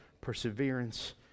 perseverance